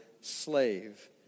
slave